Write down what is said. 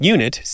Unit